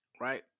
right